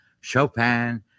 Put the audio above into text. Chopin